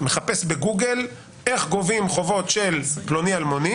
מחפש בגוגל: איך גובים חובות של פלוני-אלמוני.